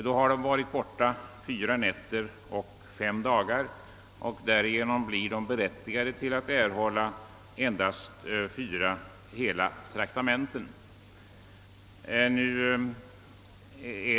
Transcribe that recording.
Då har man varit borta fyra nätter och fem dagar, och då har man endast blivit berättigad till fyra hela traktamenten.